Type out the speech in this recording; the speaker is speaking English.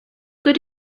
good